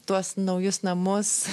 tuos naujus namus